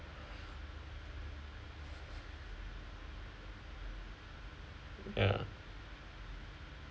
ya